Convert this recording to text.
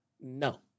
no